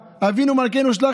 אבינו מלכנו מנע מגפה מנחלתך.